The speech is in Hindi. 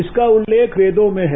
इसका उल्लेख वेदों में है